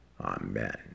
Amen